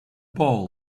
ball